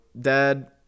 Dad